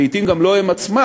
לעתים גם לא הם עצמם,